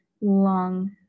long